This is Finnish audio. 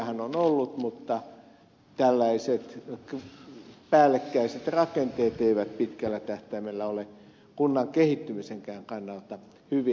porkkanarahojahan on ollut mutta tällaiset päällekkäiset rakenteet eivät pitkällä tähtäimellä ole kunnan kehittymisenkään kannalta hyviä